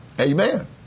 Amen